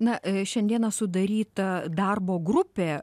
na šiandieną sudaryta darbo grupė